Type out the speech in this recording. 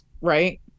Right